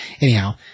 Anyhow